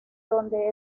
donde